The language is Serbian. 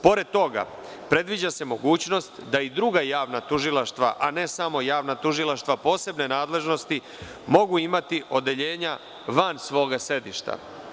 Pored toga, predviđa se mogućnost da i druga javna tužilaštva, a ne samo javna tužilaštva posebne nadležnosti, mogu imati odeljenja van svoga sedišta.